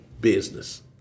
business